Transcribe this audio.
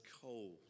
cold